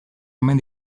omen